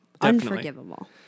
Unforgivable